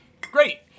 Great